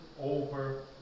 over